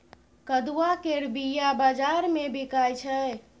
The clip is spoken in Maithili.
कदुआ केर बीया बजार मे बिकाइ छै